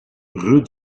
rue